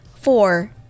Four